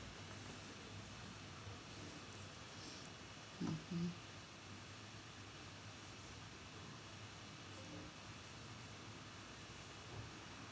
mmhmm